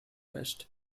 west